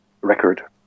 record